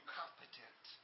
competent